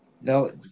No